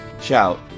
shout